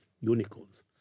unicorns